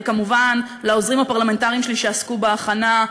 וכמובן לעוזרים הפרלמנטריים שלי שעסקו בהכנה,